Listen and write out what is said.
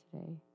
today